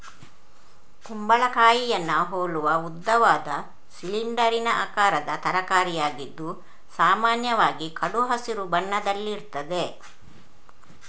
ಕುಂಬಳಕಾಯಿಯನ್ನ ಹೋಲುವ ಉದ್ದವಾದ, ಸಿಲಿಂಡರಿನ ಆಕಾರದ ತರಕಾರಿಯಾಗಿದ್ದು ಸಾಮಾನ್ಯವಾಗಿ ಕಡು ಹಸಿರು ಬಣ್ಣದಲ್ಲಿರ್ತದೆ